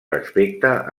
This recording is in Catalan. respecte